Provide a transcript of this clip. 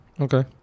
Okay